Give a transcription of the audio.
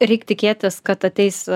reik tikėtis kad ateis